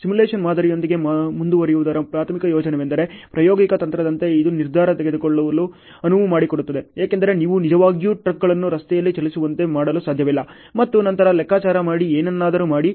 simulation ಮಾದರಿಯೊಂದಿಗೆ ಮುಂದುವರಿಯುವುದರ ಪ್ರಾಥಮಿಕ ಪ್ರಯೋಜನವೆಂದರೆ ಪ್ರಾಯೋಗಿಕ ತಂತ್ರದಂತೆ ಇದು ನಿರ್ಧಾರ ತೆಗೆದುಕೊಳ್ಳಲು ಅನುವು ಮಾಡಿಕೊಡುತ್ತದೆ ಏಕೆಂದರೆ ನೀವು ನಿಜವಾಗಿಯೂ ಟ್ರಕ್ಗಳನ್ನು ರಸ್ತೆಯಲ್ಲಿ ಚಲಿಸುವಂತೆ ಮಾಡಲು ಸಾಧ್ಯವಿಲ್ಲ ಮತ್ತು ನಂತರ ಲೆಕ್ಕಾಚಾರ ಮಾಡಿ ಏನನ್ನಾದರೂ ಮಾಡಿ